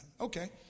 Okay